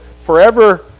forever